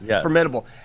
formidable